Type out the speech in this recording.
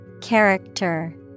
Character